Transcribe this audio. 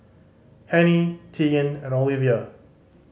Hennie Teagan and Olivia